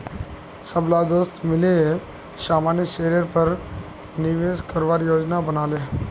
सबला दोस्त मिले सामान्य शेयरेर पर निवेश करवार योजना बना ले